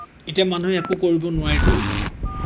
এতিয়া মানুহে একো কৰিব নোৱাৰিলেও